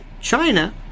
China